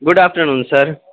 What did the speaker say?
good afternoon sir